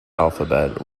alphabet